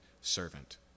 servant